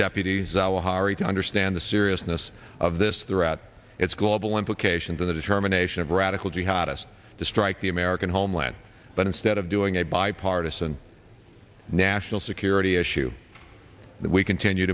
deputies hari to understand the seriousness of this throughout its global implications of the determination of radical jihadist to strike the american homeland but instead of doing a bipartisan national security issue that we continue